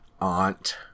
aunt